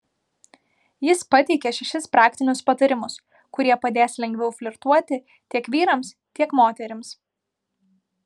jis pateikia šešis praktinius patarimus kurie padės lengviau flirtuoti tiek vyrams tiek moterims